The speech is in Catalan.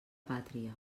pàtria